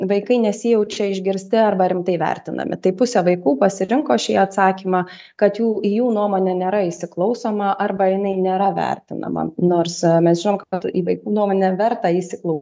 vaikai nesijaučia išgirsti arba rimtai vertinami tai pusė vaikų pasirinko šį atsakymą kad jų į jų nuomonę nėra įsiklausoma arba jinai nėra vertinama nors mes žinom kad į vaikų nuomonę verta įsiklau